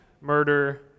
murder